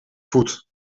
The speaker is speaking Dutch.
voet